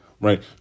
Right